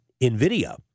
NVIDIA